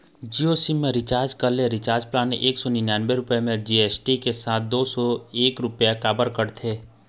Jio sim मा recharge करे ले रिचार्ज प्लान एक सौ निन्यानबे रुपए मा जी.एस.टी के साथ दो सौ एक रुपया काबर कटेल?